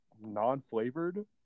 non-flavored